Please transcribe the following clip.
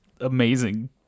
amazing